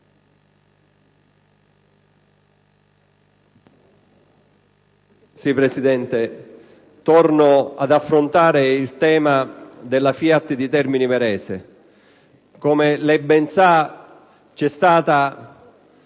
Presidente, torno ad affrontare il tema della FIAT di Termini Imerese. Come lei ben sa c'è stata